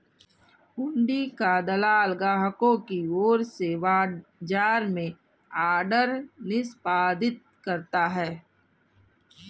हुंडी का दलाल ग्राहकों की ओर से बाजार में ऑर्डर निष्पादित करता है